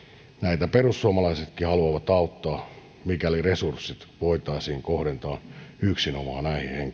heitä perussuomalaisetkin haluavat auttaa mikäli resurssit voitaisiin kohdentaa yksinomaan näihin henkilöihin